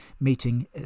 meeting